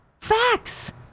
Facts